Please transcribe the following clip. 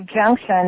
Junction